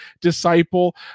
disciple